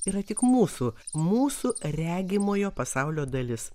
yra tik mūsų mūsų regimojo pasaulio dalis